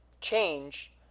change